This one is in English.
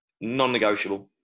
Non-negotiable